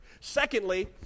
Secondly